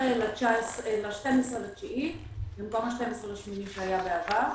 יידחה ל-12.9 במקום 12.8 שהיה בעבר